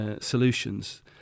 solutions